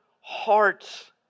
hearts